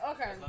Okay